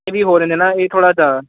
ਕਿਤੇ ਵੀ ਹੋਰ ਰਹੇ ਨੇ ਨਾ ਇਹ ਥੋੜ੍ਹਾ ਜਿਹਾ